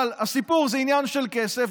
אבל הסיפור הוא עניין של כסף,